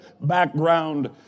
background